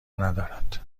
ندارند